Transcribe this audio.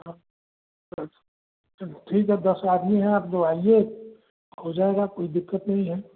हाँ अच्छा ठीक है दस आदमी हैं आप जो आइए हो जाएगा कोई दिक़्क़त नहीं है